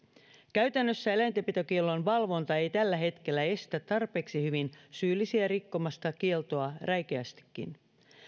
käytännössä eläintenpitokiellon valvonta ei tällä hetkellä estä tarpeeksi hyvin syyllisiä rikkomasta kieltoa räikeästikin